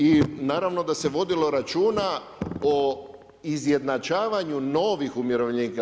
I naravno da se vodilo računa o izjednačavanju novih umirovljenika.